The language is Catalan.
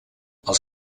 els